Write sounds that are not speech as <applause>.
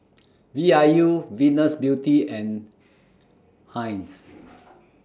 V I U Venus Beauty and Heinz <noise>